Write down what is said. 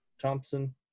Thompson